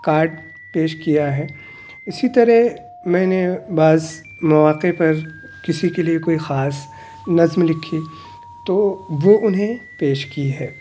card پیش کیا ہے اسی طرح میں نے بعض مواقع پر کسی کے لیے کوئی خاص نظم لکھی تو وہ انہیں پیش کی ہے